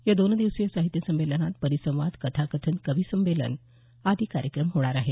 या दोन दिवसीय साहित्य संमेलनात परिसंवाद कथाकथन कविसंमेलन आदी कार्यक्रम होणार आहेत